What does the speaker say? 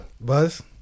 Buzz